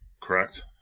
Correct